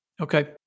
Okay